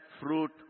fruit